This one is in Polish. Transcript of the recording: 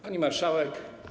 Pani Marszałek!